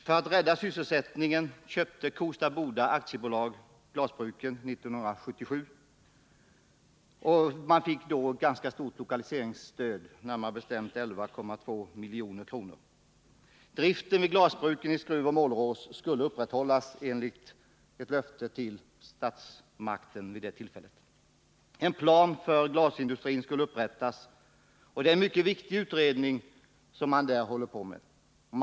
För att rädda sysselsättningen köpte Kosta Boda AB bruken 1977. Man fick då ett ganska stort lokaliseringsstöd, närmare bestämt 11,2 milj.kr. Driften vid glasbruken i Skruv och Målerås skulle enligt ett löfte till statsmakten vid tillfället upprätthållas. En plan för glasindustrin skulle upprättas, och det är en mycket viktig utredning som nu bedrivs i det syftet.